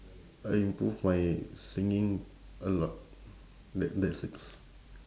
I improve my singing a lot that that's six